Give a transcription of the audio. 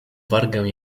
wargę